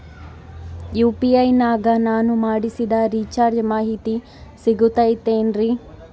UPI ನಾಗ ನಾನು ಮಾಡಿಸಿದ ರಿಚಾರ್ಜ್ ಮಾಹಿತಿ ಸಿಗುತೈತೇನ್ರಿ?